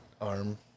arm